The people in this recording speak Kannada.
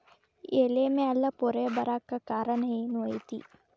ಎಲೆ ಮ್ಯಾಲ್ ಪೊರೆ ಬರಾಕ್ ಕಾರಣ ಏನು ಐತಿ?